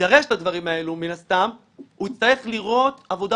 יידרש לדברים האלו מן הסתם הוא יצטרך לראות עבודה